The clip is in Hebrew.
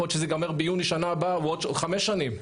יכול להיות שזה יגמר ביוני שנה הבאה ועוד חמש שנים.